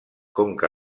conca